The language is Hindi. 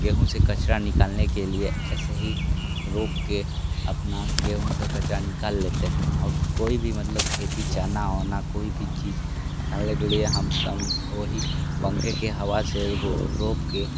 गेहूं से कचरा निकालने के लिए ऐसे ही रोप के अपना गेहूँ का कचरा निकल लेते है और कोई भी मतलब खेती चना वना कोई भी चीज निकालने के लिए हम सब वही पंखे के हवा से रोप के